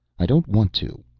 i don't want to,